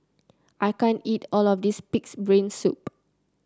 I can't eat all of this pig's brain soup